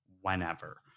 whenever